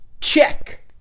Check